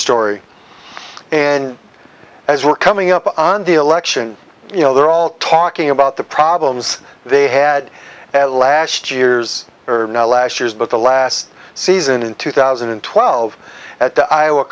story and as we're coming up on the election you know they're all talking about the problems they had at last years or now last years but the last season in two thousand and twelve at the iowa